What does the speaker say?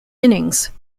innings